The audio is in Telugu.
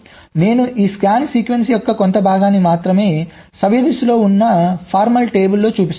నేను ఈ స్కాన్ సీక్వెన్స్ యొక్క కొంత భాగాన్ని మాత్రమే సవ్యదిశలో ఉన్న ఫార్మల్ టేబుల్లో చూపిస్తున్నాను